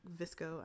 Visco